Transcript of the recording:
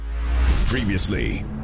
Previously